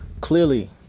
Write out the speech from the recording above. clearly